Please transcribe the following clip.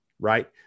right